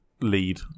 lead